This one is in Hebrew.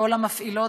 כל המפעילות,